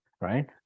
right